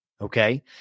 Okay